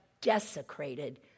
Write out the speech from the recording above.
desecrated